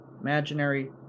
imaginary